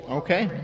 okay